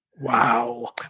Wow